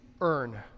earn